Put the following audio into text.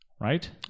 Right